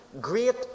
great